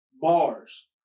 bars